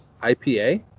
ipa